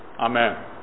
Amen